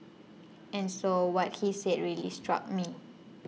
and so what he said really struck me